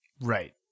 Right